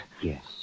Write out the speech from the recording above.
Yes